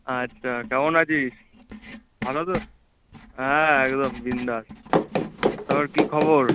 আচ্ছা কেমন আছিস ভালো তো হ্যাঁ একদম বিন্দাস তারপর কী খবর